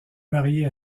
marié